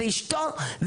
זה אשתו,